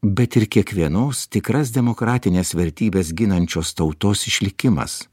bet ir kiekvienos tikras demokratines vertybes ginančios tautos išlikimas